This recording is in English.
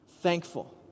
Thankful